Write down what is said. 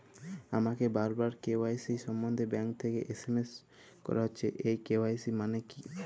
আমাকে বারবার কে.ওয়াই.সি সম্বন্ধে ব্যাংক থেকে এস.এম.এস করা হচ্ছে এই কে.ওয়াই.সি মানে কী?